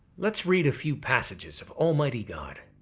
let's read a few passages of almighty god.